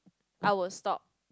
I will stop